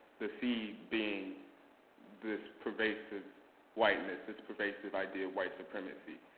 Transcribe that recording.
the seed being this pervasive whiteness, this pervasive idea of white supremacy.